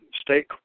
State